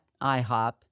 IHOP